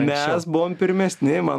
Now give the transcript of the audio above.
mes buvom pirmesni man